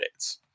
updates